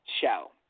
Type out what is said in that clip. show